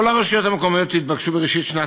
כל הרשויות המקומיות התבקשו בראשית שנת